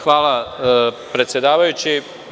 Hvala, predsedavajući.